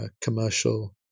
commercial